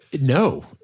no